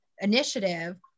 initiative